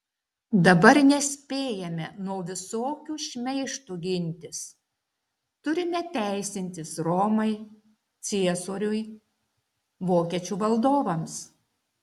dabar nespėjame nuo visokių šmeižtų gintis turime teisintis romai ciesoriui vokiečių valdovams